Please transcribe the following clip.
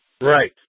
Right